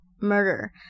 murder